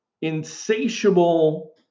insatiable